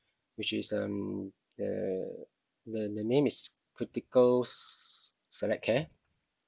which is um the the the name is critical s~ select care